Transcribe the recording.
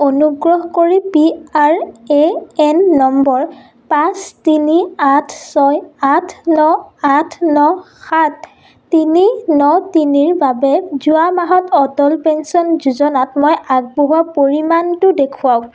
অনুগ্ৰহ কৰি P R A N number পাঁচ তিনি আঠ ছয় আঠ ন আঠ ন সাত তিনি ন তিনিৰ বাবে যোৱা মাহত অটল পেঞ্চন যোজনাত মই আগবঢ়োৱা পৰিমাণটো দেখুৱাওক